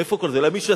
מאיפה כל זה בא?